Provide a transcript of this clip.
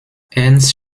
ernst